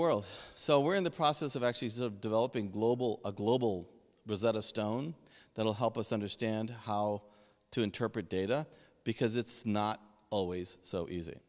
world so we're in the process of actually is of developing global a global result a stone that will help us understand how to interpret data because it's not always so easy